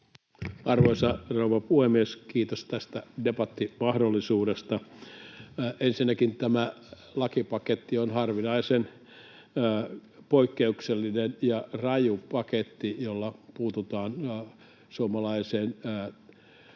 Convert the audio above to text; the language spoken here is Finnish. Arvoisa rouva puhemies! Kiitos tästä debattimahdollisuudesta. — Ensinnäkin tämä lakipaketti on harvinaisen ja poikkeuksellisen raju paketti, jolla puututaan suomalaiseen